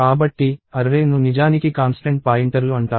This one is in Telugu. కాబట్టి అర్రే ను నిజానికి కాన్స్టెంట్ పాయింటర్లు అంటారు